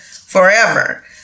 forever